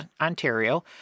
Ontario